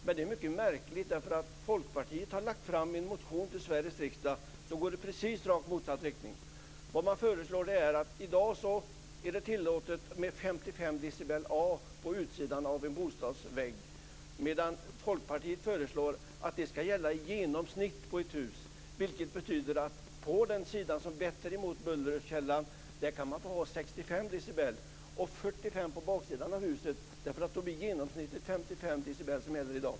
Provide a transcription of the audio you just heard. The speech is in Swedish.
Men det är mycket märkligt, för Folkpartiet har lagt fram en motion till Sveriges riksdag som går i precis rakt motsatt riktning. I dag är det tillåtet med 55 dB på utsidan av en bostadsvägg. Men Folkpartiet föreslår att det skall gälla i genomsnitt på ett hus. Det betyder att man på den sida som vätter mot bullerkällan kan få ha 65 dB, och på baksidan kan man få ha 45 dB. Då blir genomsnittet 55 dB - alltså det som gäller i dag.